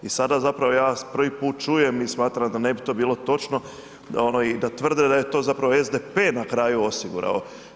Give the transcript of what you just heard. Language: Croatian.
I sada ja zapravo prvi put čujem i smatram da ne bi to bilo točno i da tvrde da je to zapravo SDP na kraju osigurao.